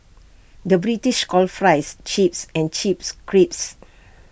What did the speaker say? the British calls Fries Chips and Chips Crisps